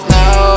now